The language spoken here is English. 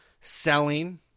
selling